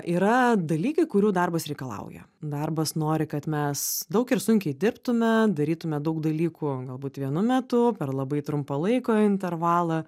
yra dalykai kurių darbas reikalauja darbas nori kad mes daug ir sunkiai dirbtume darytume daug dalykų galbūt vienu metu per labai trumpą laiko intervalą